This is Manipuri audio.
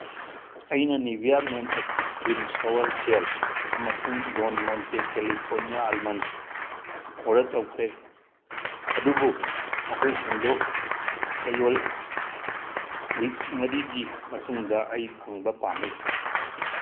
ꯑꯩꯅ Nivea men active clean shower gel ꯑꯃꯁꯨꯡ Del Monte California almonds order ꯇꯧꯈ꯭ꯔꯦ ꯑꯗꯨꯕꯨ ꯃꯈꯣꯏꯁꯤꯡꯗꯨ ꯆꯌꯣꯜ ꯋꯤꯛ ꯃꯔꯤꯒꯤ ꯃꯇꯨꯡꯗ ꯑꯩ ꯐꯪꯕ ꯄꯥꯝꯃꯤ